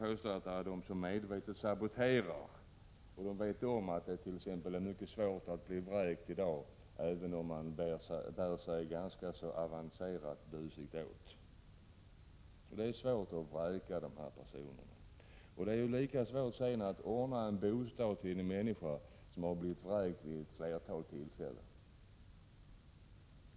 påstå att det finns sådana som medvetet saboterar — de vet att det är mycket svårt att bli vräkt i dag även om man bär sig ganska kvalificerat busigt åt. Det är svårt att vräka dessa personer, men det är lika svårt att ordna en bostad åt en människa som har blivit vräkt ett flertal gånger.